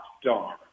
star